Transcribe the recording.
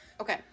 Okay